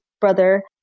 brother